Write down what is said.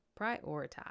prioritize